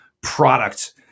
product